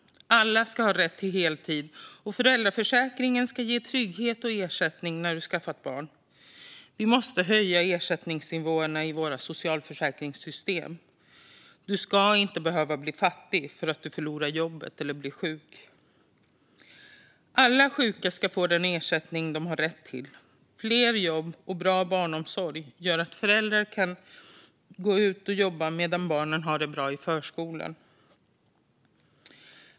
Alla ska ha rätt till heltid, och föräldraförsäkringen ska ge trygghet och ersättning när du har skaffat barn. Vi måste höja ersättningsnivåerna i våra socialförsäkringssystem. Du ska inte behöva bli fattig för att du förlorar jobbet eller blir sjuk. Alla sjuka ska få den ersättning de har rätt till. Fler jobb och bra barnomsorg gör att föräldrar kan gå ut och jobba medan barnen har det bra på förskolan.